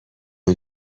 اون